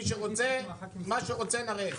מי שרוצה, מה שרוצה נראה.